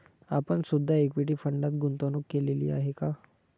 आपण सुद्धा इक्विटी फंडात गुंतवणूक केलेली आहे का?